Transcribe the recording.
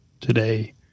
today